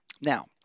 Now